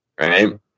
Right